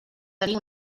tenir